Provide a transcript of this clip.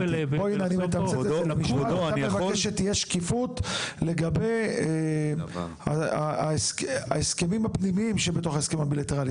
אתה מבקש שתהיה שקיפות לגבי ההסכמים הפנימיים שבתוך ההסכמים הבילטרליים.